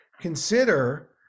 consider